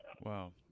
Wow